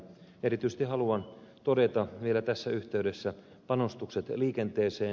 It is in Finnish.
erityisesti haluan todeta vielä tässä yhteydessä panostukset liikenteeseen